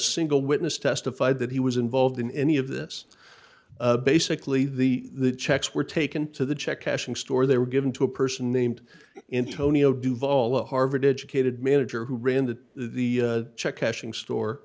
single witness testified that he was involved in any of this basically the checks were taken to the check cashing store they were given to a person named in tonio duvall a harvard educated manager who ran to the check cashing store